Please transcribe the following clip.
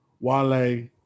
Wale